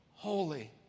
Holy